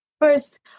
First